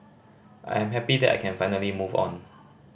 I am happy that I can finally move on